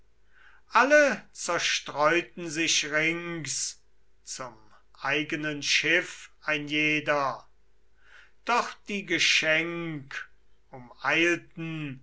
alle zerstreuten sich rings zum eigenen schiff ein jeder doch die geschenk